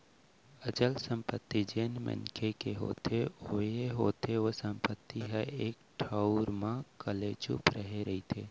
अचल संपत्ति जेन मनखे के होथे ओ ये होथे ओ संपत्ति ह एक ठउर म कलेचुप रहें रहिथे